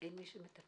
אין מי שמטפל.